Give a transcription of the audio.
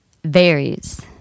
varies